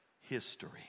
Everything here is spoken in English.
history